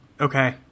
okay